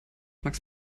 max